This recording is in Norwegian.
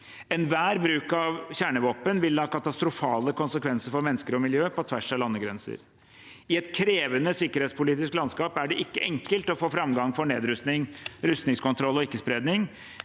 Enhver bruk av kjernevåpen vil ha katastrofale konsekvenser for mennesker og miljø på tvers av landegrenser. I et krevende sikkerhetspolitisk landskap er det ikke enkelt å få framgang for nedrustning, rustningskontroll og ikke-spredning,